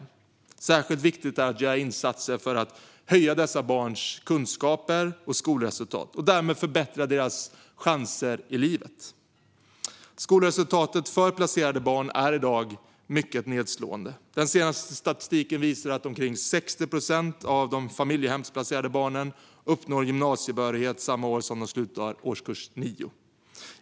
Särskilt viktigt är att göra insatser för att höja dessa barns kunskaper och skolresultat och därmed förbättra deras chanser i livet. Skolresultaten för placerade barn är i dag mycket nedslående. Den senaste statistiken visar att omkring 60 procent av de familjehemsplacerade barnen uppnår gymnasiebehörighet samma år som de slutar årskurs nio.